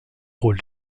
rôle